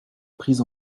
pris